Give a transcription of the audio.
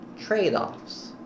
Trade-offs